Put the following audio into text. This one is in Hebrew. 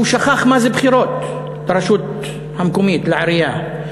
הוא שכח מה זה בחירות לרשות המקומית, לעירייה,